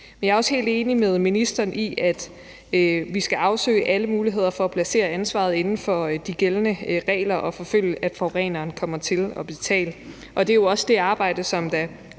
Jeg er også helt enig med ministeren i, at vi skal afsøge alle muligheder for at placere ansvaret inden for de gældende regler og forfølge, at forureneren kommer til at betale. Det er jo også det arbejde, som